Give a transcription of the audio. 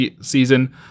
season